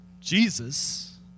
Jesus